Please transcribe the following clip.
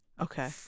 Okay